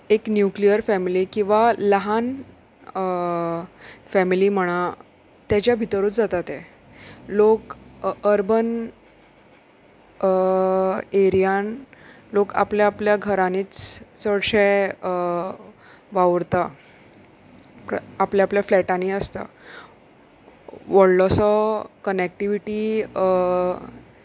एक nuclear family किंवां ल्हान फॅमिली म्हणा तेज्या भितरूच जाता ते लोक अर्बन एरियान लोक आपल्या आपल्या घरांनीच चडशे वावुरता आपल्या आपल्या फ्लॅटांनी आसता व्हडलोसो कनेक्टिविटी